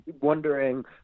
wondering